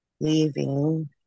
leaving